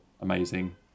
amazing